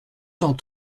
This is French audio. cent